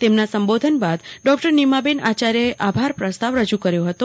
તેમના સંબોધન બાદ ડોકટર નીમાબેન આચાર્યે આભાર પ્રસ્તાવ રજૂ કર્યો હતો